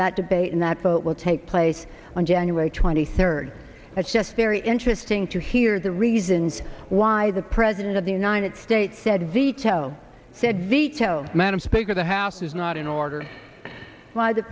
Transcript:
that debate and that vote will take place on january twenty third it's just very interesting to hear the reasons why the president of the united states said veto said veto madam speaker the house is not in order while the